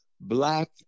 black